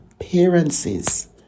appearances